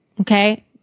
okay